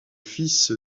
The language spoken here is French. fils